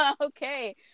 Okay